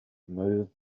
moved